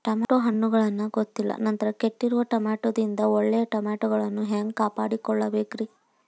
Tomato ಹಣ್ಣುಗಳನ್ನ ಗೊತ್ತಿಲ್ಲ ನಂತರ ಕೆಟ್ಟಿರುವ ಟಮಾಟೊದಿಂದ ಒಳ್ಳೆಯ ಟಮಾಟೊಗಳನ್ನು ಹ್ಯಾಂಗ ಕಾಪಾಡಿಕೊಳ್ಳಬೇಕರೇ?